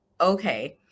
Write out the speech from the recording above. Okay